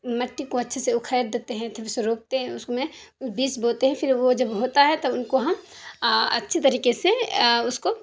مٹی کو اچھے سے اکھیڑ دیتے ہیں پھر اسے روپتے ہیں اس میں بیج بوتے ہیں پھر وہ جب ہوتا ہے تو ان کو ہم اچھی طریقے سے اس کو